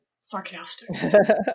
sarcastic